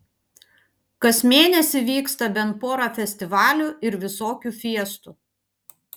kas mėnesį vyksta bent pora festivalių ir visokių fiestų